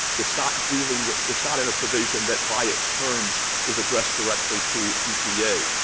it's not dealing with it's not in a provision that by its terms is addressed directly to epa.